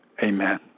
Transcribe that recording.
Amen